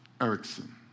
Erickson